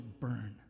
burn